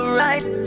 right